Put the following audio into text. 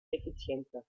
effizienter